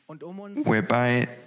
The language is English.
whereby